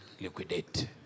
Liquidate